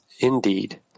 indeed